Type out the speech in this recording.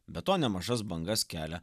be to nemažas bangas kelia